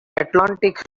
atlantic